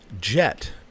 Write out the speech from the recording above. Jet